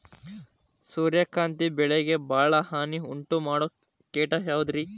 ಸೂರ್ಯಕಾಂತಿ ಬೆಳೆಗೆ ಭಾಳ ಹಾನಿ ಉಂಟು ಮಾಡೋ ಕೇಟ ಯಾವುದ್ರೇ?